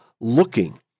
looking